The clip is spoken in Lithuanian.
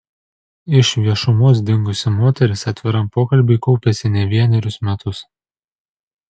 iš viešumos dingusi moteris atviram pokalbiui kaupėsi ne vienerius metus